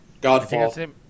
Godfall